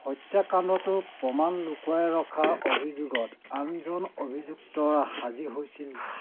হত্যাকাণ্ডটোৰ প্ৰমাণ লুকুৱাই ৰখাৰ অভিযোগত আনজন অভিযুক্ত হাজিৰ হৈছিল